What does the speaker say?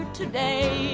today